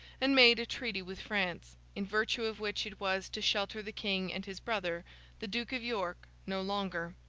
and made a treaty with france, in virtue of which it was to shelter the king and his brother the duke of york no longer.